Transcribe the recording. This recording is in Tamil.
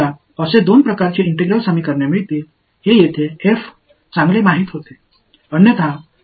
எனவே என்னிடம் x இங்கே x இங்கே இருக்கிறது எல்லாம் ஒன்றுதான்